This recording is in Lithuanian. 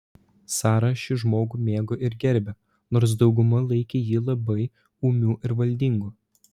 sara šį žmogų mėgo ir gerbė nors dauguma laikė jį labai ūmiu ir valdingu